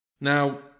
now